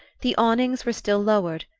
the awnings were still lowered,